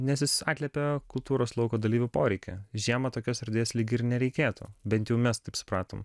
nes jis atliepia kultūros lauko dalyvių poreikį žiemą tokios erdvės lyg ir nereikėtų bent jau mes taip supratom